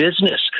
Business